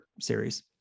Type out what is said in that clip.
series